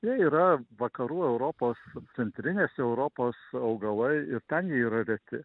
jie yra vakarų europos centrinės europos augalai ir ten jie yra reti